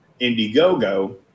Indiegogo